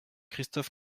christophe